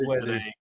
today